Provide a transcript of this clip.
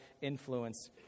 influence